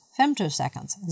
femtoseconds